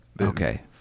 Okay